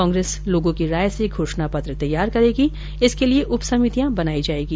कांग्रेस लोगों की राय से घोषणा पत्र तैयार करेगी जिसके लिये उप समितियां बनायी जायेगी